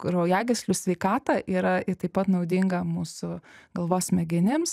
kraujagyslių sveikatą yra ir taip pat naudinga mūsų galvos smegenims